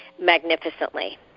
magnificently